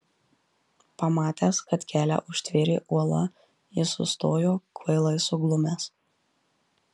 pamatęs kad kelią užtvėrė uola jis sustojo kvailai suglumęs